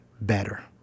better